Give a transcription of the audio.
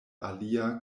alia